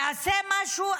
יעשה משהו?